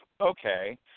okay